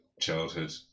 childhood